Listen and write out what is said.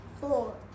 Four